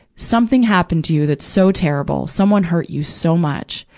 something happened to you that's so terrible. someone hurt you so much,